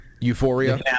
Euphoria